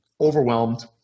overwhelmed